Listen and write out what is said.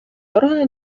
органи